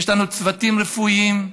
יש לנו צוותים רפואיים,